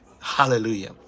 Hallelujah